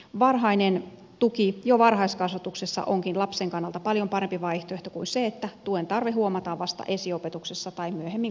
varhainen tuki jo varhaiskasvatuksessa onkin lapsen kannalta paljon parempi vaihtoehto kuin se että tuen tarve huomataan vasta esiopetuksessa tai myöhemmin koulussa